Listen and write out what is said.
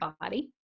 body